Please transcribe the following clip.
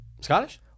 Scottish